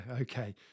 okay